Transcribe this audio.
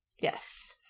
Yes